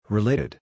Related